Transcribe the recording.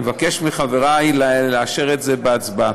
אני מבקש מחברי לאשר את זה בהצבעה.